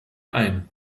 ein